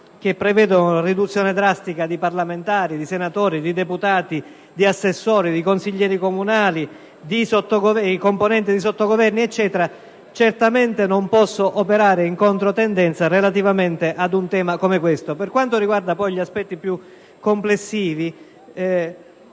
che prevedono la riduzione drastica di parlamentari - senatori e deputati - di assessori, di consiglieri comunali e di componenti di sotto governo; certamente non posso operare in controtendenza relativamente a un tema come questo. Per quanto riguarda poi gli aspetti più complessivi,